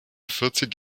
vierzig